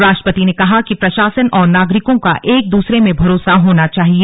राष्ट्रपति ने कहा कि प्रशासन और नागरिकों का एक दूसरे में भरोसा होना चाहिए